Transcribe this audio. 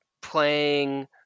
playing